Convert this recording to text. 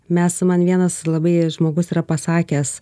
mes man vienas labai žmogus yra pasakęs